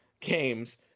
games